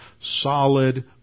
solid